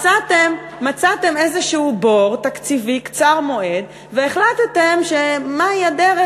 מצאתם איזשהו בור תקציבי קצר מועד והחלטתם מהי הדרך